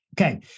Okay